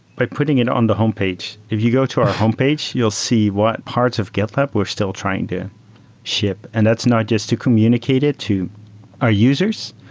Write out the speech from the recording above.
by putting it on the homepage. if you go to our homepage, you'll see what parts of gitlab we're still trying to ship, and that's not just to communicate it to our users,